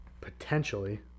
potentially